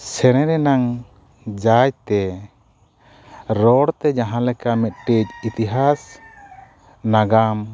ᱥᱮᱨᱮᱧ ᱨᱮᱱᱟᱝ ᱡᱟᱭᱛᱮ ᱨᱚᱲᱛᱮ ᱡᱟᱦᱟᱸ ᱞᱮᱠᱟ ᱢᱤᱫᱴᱤᱡ ᱤᱛᱤᱦᱟᱥ ᱱᱟᱜᱟᱢ